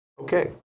Okay